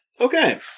Okay